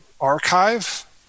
archive